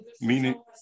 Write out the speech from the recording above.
meaning